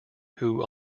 who